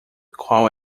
qual